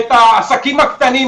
ואת העסקים הקטנים,